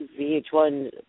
VH1